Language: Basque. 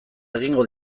egingo